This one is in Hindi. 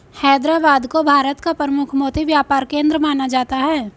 हैदराबाद को भारत का प्रमुख मोती व्यापार केंद्र माना जाता है